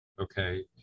Okay